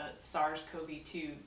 SARS-CoV-2